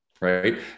right